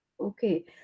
okay